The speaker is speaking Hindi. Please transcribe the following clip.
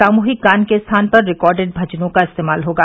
सामूहिक गान के स्थान पर रिकार्ड भजनों का इस्तेमाल होगा